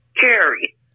Carrie